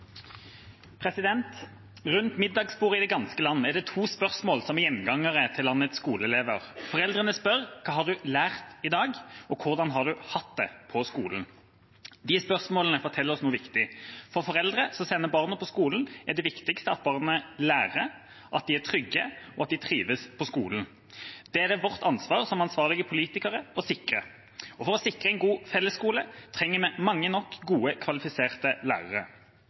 om. Rundt middagsbordet i det ganske land er det to spørsmål som er gjengangere til landets skoleelever. Foreldrene spør: Hva har du lært i dag, og hvordan har du hatt det på skolen? De spørsmålene forteller oss noe viktig. For foreldre som sender barn på skolen, er det viktigste at barna lærer, at de er trygge, og at de trives på skolen. Det er det vårt ansvar som ansvarlige politikere å sikre. For å sikre en god fellesskole trenger vi mange nok gode, kvalifiserte lærere.